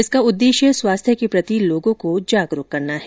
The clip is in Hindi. इसका उद्देश्य स्वास्थ्य के प्रति लोगों को जागरूक करना है